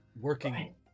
working